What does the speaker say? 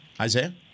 Isaiah